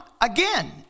again